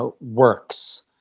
works